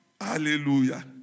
Hallelujah